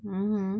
mmhmm